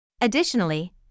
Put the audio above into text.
Additionally